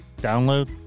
Download